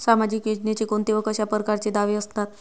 सामाजिक योजनेचे कोंते व कशा परकारचे दावे असतात?